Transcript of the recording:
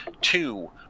two